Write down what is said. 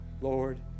Lord